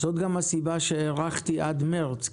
זאת גם הסיבה שהארכתי את התקנה עד חודש מרץ,